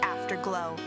Afterglow